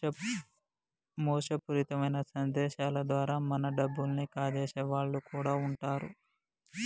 మోసపూరితమైన సందేశాల ద్వారా మన డబ్బుల్ని కాజేసే వాళ్ళు కూడా వుంటరు